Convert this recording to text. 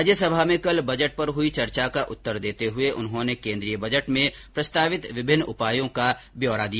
राज्यसभा में कल बजट पर हुई चर्चा का उत्तर देते हुए उन्होंने केन्द्रीय बजट में प्रस्तावित विभिन्न उपायों का ब्यौरा दिया